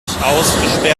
sich